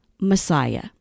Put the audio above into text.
Messiah